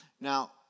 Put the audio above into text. Now